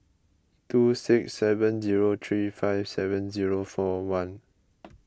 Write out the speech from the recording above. two six seven zero three five seven zero four one